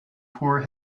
poor